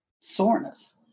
soreness